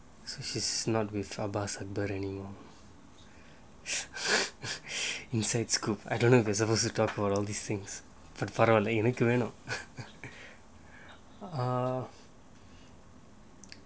so she's not with abbas aber anymore I don't know if we're supposed to talk about all these things but for all equivalent uh